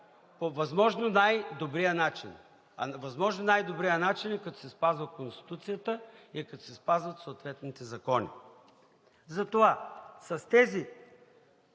по възможно най-добрия начин, а възможно най добрият начин е, като се спазва Конституцията и като се спазват съответните закони. Бих могъл,